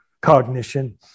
cognition